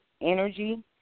energy